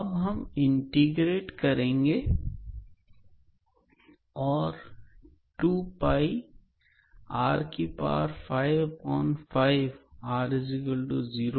अब हम इंटीग्रेट करेंगे तथा मान रखेंगे